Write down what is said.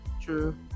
True